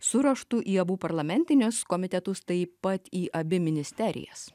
su raštu į abu parlamentinius komitetus taip pat į abi ministerijas